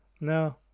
No